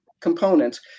components